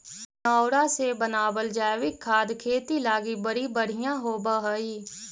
गनऔरा से बनाबल जैविक खाद खेती लागी बड़ी बढ़ियाँ होब हई